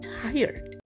tired